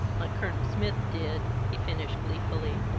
like colonel smith did, he finished gleefully.